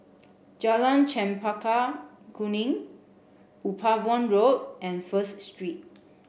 Jalan Chempaka Kuning Upavon Road and First Street